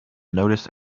notice